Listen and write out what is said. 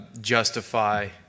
justify